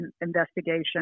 investigation